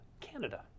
Canada